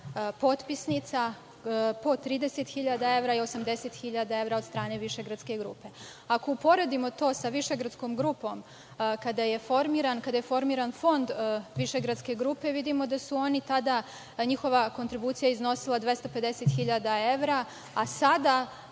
potpisnica, po 30 hiljada evra i 80 hiljada evra od strane Višegradske grupe. Ako uporedimo to sa Višegradskom grupom kada je formiran Fond višegradske grupe, vidimo da su oni tada, njihova kontribucija iznosila 250 hiljada evra, a sada